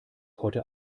heute